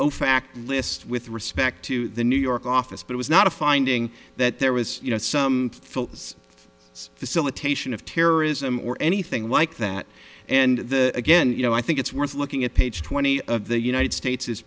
fact list with respect to the new york office but was not a finding that there was some focus facilitation of terrorism or anything like that and the again you know i think it's worth looking at page twenty of the united states is